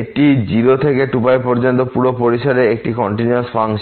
এটি 0 থেকে 2π পর্যন্ত পুরো পরিসরে একটি কন্টিনিউয়াস ফাংশন